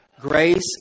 Grace